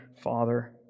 Father